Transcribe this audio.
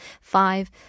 five